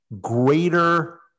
greater